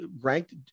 ranked